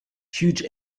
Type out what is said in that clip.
huge